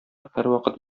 һәрвакыт